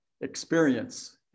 Experience